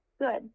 Good